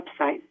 website